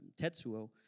Tetsuo